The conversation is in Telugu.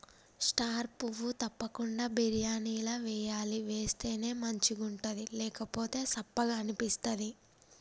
స్టార్ పువ్వు తప్పకుండ బిర్యానీల వేయాలి వేస్తేనే మంచిగుంటది లేకపోతె సప్పగ అనిపిస్తది